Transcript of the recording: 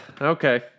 Okay